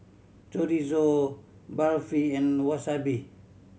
Chorizo Barfi and Wasabi